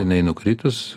jinai nukritus